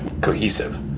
cohesive